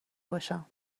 باشم